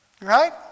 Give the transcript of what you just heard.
Right